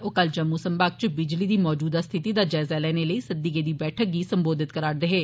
ओ कल जम्मू संभाग च बिजली दी मजूदा स्थिति दा जायजा लैने लेई सद्दी गेदी बैठका गी सम्बोधित करै करदे हे